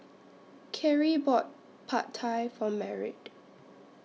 Khiry bought Pad Thai For Merritt